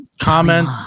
Comment